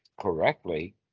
correctly